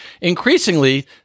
Increasingly